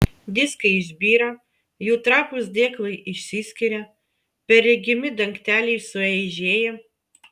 diskai išbyra jų trapūs dėklai išsiskiria perregimi dangteliai sueižėja